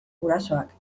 gurasoak